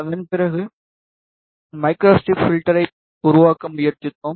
அதன் பிறகு மைக்ரோஸ்ட்ரிப் பில்டர்யை உருவாக்க முயற்சித்தோம்